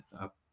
up